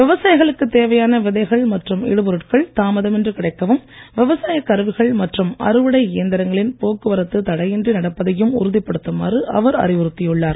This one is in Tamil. விவசாயிகளுக்குத் தேவையான விதைகள் மற்றும் இடுபொருட்கள் தாமதமின்றி கிடைக்கவும் விவசாயக் கருவிகள் மற்றும் அறுவடை இயந்திரங்களின் போக்குவரத்து தடையின்றி நடப்பதையும் உறுதிப்படுத்துமாறு அவர் அறிவுறுத்தியுள்ளார்